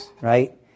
right